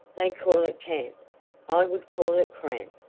they call it camp i would call it cramp,